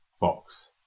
box